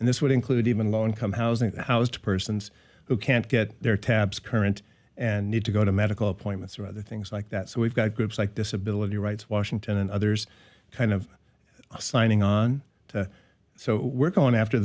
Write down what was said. and this would include even low income housing housed persons who can't get their tabs current and need to go to medical appointments or other things like that so we've got groups like disability rights washington and others kind of signing on so we're going after